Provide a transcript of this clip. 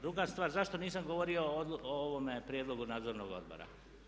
Druga stvar, zašto nisam govorio o ovome prijedlogu Nadzornog odbora?